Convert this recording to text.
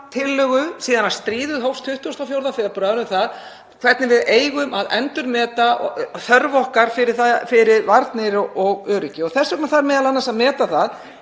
tillögu síðan stríðið hófst 24. febrúar, um það hvernig við eigum að endurmeta þörf okkar fyrir varnir og öryggi. Þess vegna þarf m.a. að meta það,